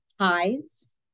highs